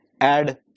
add